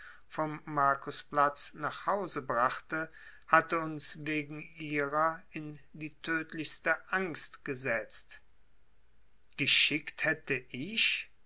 vom markusplatze nach hause brachte hatte uns wegen ihrer in die tödlichste angst gesetzt geschickt hätte ich